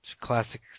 classic